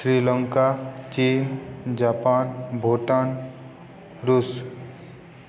ଶ୍ରୀଲଙ୍କା ଚୀନ୍ ଜାପାନ ଭୁଟାନ ରୁଷ୍